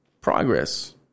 progress